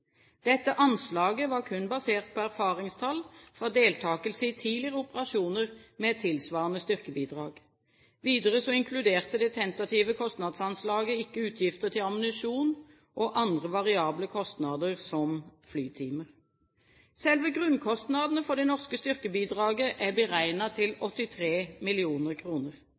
Dette anslaget var kun basert på erfaringstall fra deltakelse i tidligere operasjoner med tilsvarende styrkebidrag. Videre inkluderte det tentative kostnadsanslaget ikke utgifter til ammunisjon og andre variable kostnader, som flytimer. Selve grunnkostnadene for det norske styrkebidraget er blitt beregnet til 83